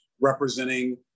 representing